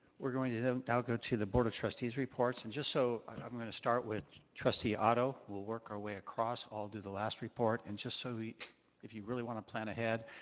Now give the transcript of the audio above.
we're going to to now go to the board of trustees reports and just so, i'm gonna start with trustee otto. we'll work our way across. i'll do the last report and just so if you really wanna plan ahead,